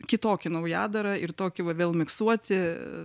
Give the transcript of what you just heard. kitokį naujadarą ir tokį va vėl miksuoti